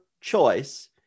choice